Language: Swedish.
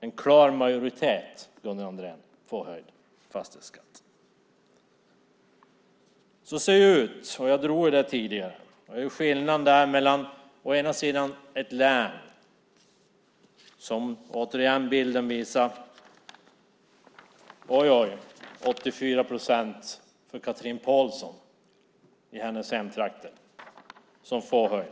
En klar majoritet, Gunnar Andrén, får höjd fastighetsskatt. Så ser det ut, och jag drog det tidigare. Det är skillnad mellan det och ett län som jag nämnde tidigare och där det blir 84 procents höjning.